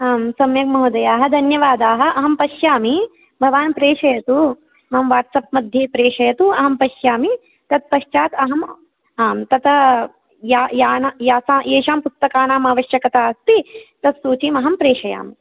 आम् सम्यक् महोदयाः धन्यवादाः अहं पश्यामि भवान् प्रेषयतु मम वाट्सप् मध्ये प्रेषयतु अहं पश्यामि तत्पश्चात् अहं आम् येषां पुस्तकानां आवश्यकता अस्ति तत् सूचीम् अहं प्रेषयामि